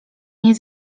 nie